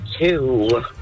two